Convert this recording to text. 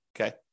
okay